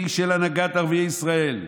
והיא של הנהגת ערביי ישראל.